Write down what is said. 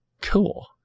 Cool